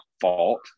fault